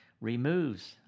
removes